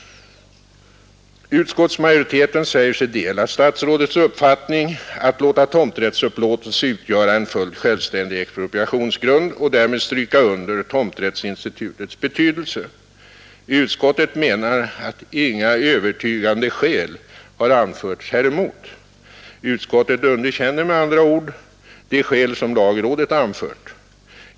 Utskottsmajoriteten säger sig dela statsrådets uppfattning att låta tomträttsupplåtelse utgöra en fullt självständig expropriationsgrund och därmed stryka under tomträttsinstitutets betydelse. Utskottet menar att inga övertygande skäl har anförts häremot. Utskottet underkänner med andra ord de skäl som lagrådet anfört.